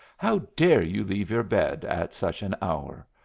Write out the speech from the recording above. how dare you leave your bed at such an hour?